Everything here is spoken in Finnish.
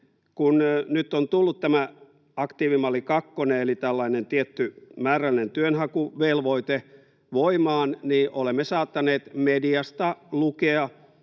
Kun nyt on tullut tämä aktiivimalli kakkonen eli tällainen tietty määrällinen työnhakuvelvoite voimaan, niin olemme saattaneet mediasta lukea